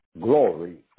glory